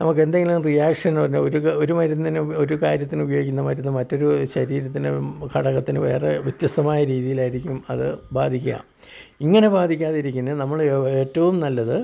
നമുക്ക് എന്തേലും റിയാഷനൊ ഒരു ക ഒരു മരുന്നിനു ഒരു കാര്യത്തിന് ഉപയോഗിക്കുന്ന മരുന്ന് മറ്റൊരൂ ശരീരത്തിന് ഘടകത്തിന് വേറെ വ്യത്യസ്തമായ രീതിയിലായിരിക്കും അത് ബാധിക്കുക ഇങ്ങനെ ബാധിക്കാതിരിക്കാൻ നമ്മൾ ഏറ്റവും നല്ലത്